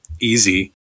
easy